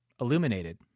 illuminated